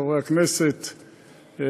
חברי הכנסת,